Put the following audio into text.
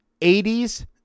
80s